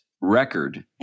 record